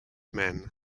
men